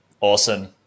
Awesome